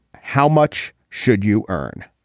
how much should you earn.